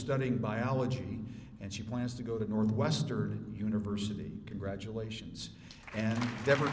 studying biology and she plans to go to northwestern university congratulations and